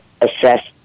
assess